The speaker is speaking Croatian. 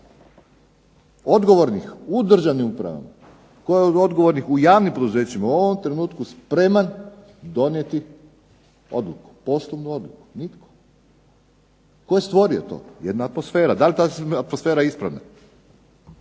odgovornih u državnim upravama, tko je od odgovornih u javnim poduzećima u ovom trenutku spreman donijeti poslovnu odluku? Nitko. Tko je stvorio to? Jedna atmosfera. Da li je ta atmosfera ispravna?